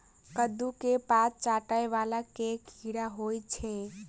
कद्दू केँ पात चाटय वला केँ कीड़ा होइ छै?